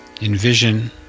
envision